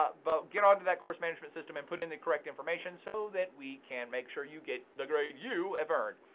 ah but get onto that course management system and put in the correct information so that we can make sure you get the grade you have earned.